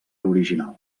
original